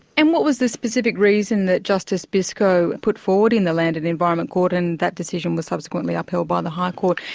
and what was the specific reason that justice biscoe put forward in the land and environment court, and that decision was subsequently upheld by the high court,